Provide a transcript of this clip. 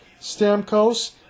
Stamkos